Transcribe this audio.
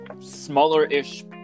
smaller-ish